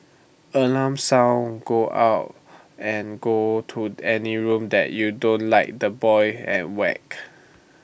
alarm sound go out and go to any room that you don't like the boy and whacked